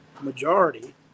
majority